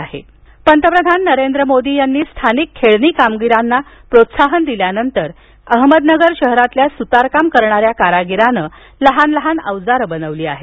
सुक्ष्म अवजारे पंतप्रधान नरेंद्र मोदी यांनी स्थानिक खेळणी कारागिरांना प्रोत्साहन दिल्यानंतर अहमदनगर शहरातील सुतार काम करणाऱ्या कारागिराने लहान लहान अवजारे बनवली आहेत